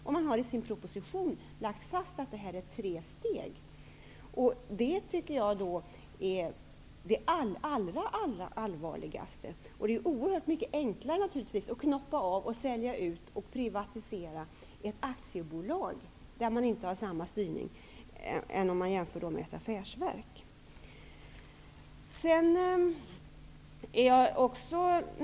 Regeringen har i sin proposition lagt fast att det är fråga om tre steg, och det tycker jag är det allra allvarligaste. Det är naturligtvis oerhört mycket enklare att knoppa av, sälja ut och privatisera ett aktiebolag, där det inte finns samma styrning som i ett affärsverk.